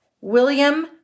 William